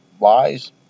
lies